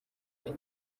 ari